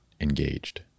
engaged